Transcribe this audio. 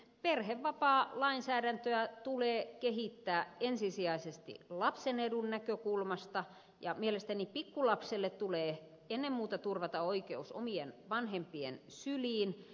perhevapaalainsäädäntöä tulee kehittää ensisijaisesti lapsen edun näkökulmasta ja mielestäni pikkulapselle tulee ennen muuta turvata oikeus omien vanhempien syliin